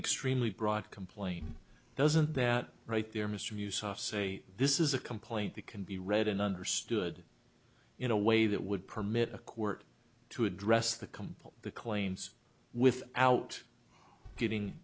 extremely broad complain doesn't that right there mr yusof say this is a complaint that can be read and understood in a way that would permit a court to address the complaint the claims without getting